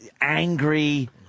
angry